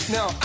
Now